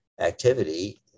activity